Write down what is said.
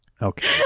Okay